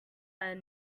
have